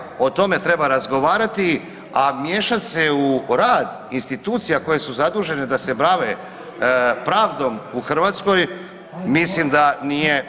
O tome treba, o tome treba razgovarati, a miješati se u rad institucija koje su zadužene da se bave pravdom u Hrvatskoj mislim da nije